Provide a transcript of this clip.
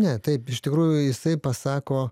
ne taip iš tikrųjų jisai pasako